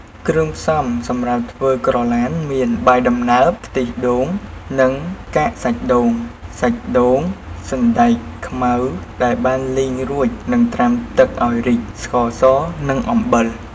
គ្រឿងផ្សំសម្រាប់ធ្វើក្រឡានមាន អង្ករដំណើប ខ្ទិះដូងនិងកាកសាច់ដូង សាច់ដូង សណ្ដែកខ្មៅដែលបានលីងរួចនិងត្រាំទឹកឱ្យរីក ស្ករស និងអំបិល។